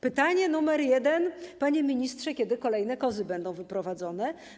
Pytanie numer jeden, panie ministrze: Kiedy kolejne kozy będą wyprowadzone?